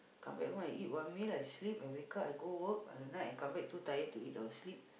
come back and eat one meal I sleep and wake up go work at night I come back too tired to eat and sleep